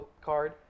card